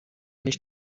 nicht